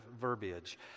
verbiage